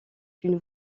une